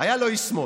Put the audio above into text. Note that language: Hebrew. היה לו איש שמאל,